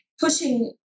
Pushing